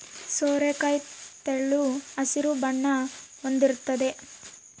ಸೋರೆಕಾಯಿ ತೆಳು ಹಸಿರು ಬಣ್ಣ ಹೊಂದಿರ್ತತೆ